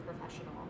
professional